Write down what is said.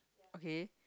okay